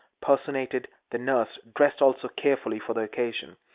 personated the nurse, dressed also carefully for the occasion.